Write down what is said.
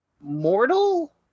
mortal